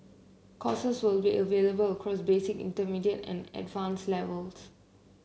courses will be available across basic intermediate and advanced levels